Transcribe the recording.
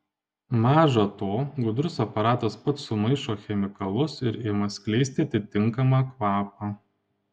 maža to gudrus aparatas pats sumaišo chemikalus ir ima skleisti atitinkamą kvapą